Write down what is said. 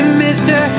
mister